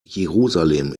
jerusalem